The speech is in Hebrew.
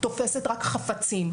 תופסת רק חפצים.